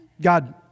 God